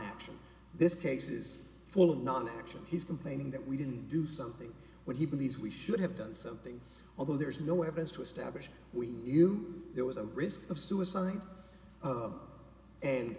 action this case is full of non action he's complaining that we didn't do something when he believes we should have done something although there's no evidence to establish we knew there was a risk of suicide